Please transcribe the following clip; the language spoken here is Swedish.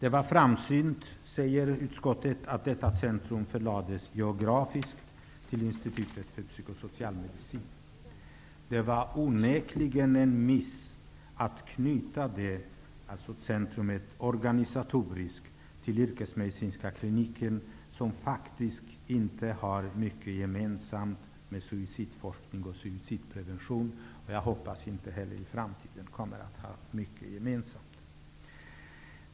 Utskottet sade att det var framsynt att detta centrum förlades geografiskt till institutet för psykosocial medicin. Det var onekligen en miss att knyta centrumet organisatoriskt till yrkesmedicinska kliniken, som faktiskt inte har mycket gemensamt med suicidforskning och suicidprevention. Jag hoppas att man inte heller i framtiden kommer att ha mycket gemensamt.